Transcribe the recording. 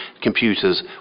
Computers